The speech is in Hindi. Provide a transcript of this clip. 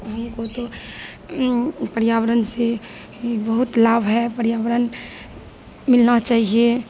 हमको तो पर्यावरण से बहुत लाभ है पर्यावरण मिलना चाहिए